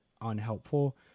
unhelpful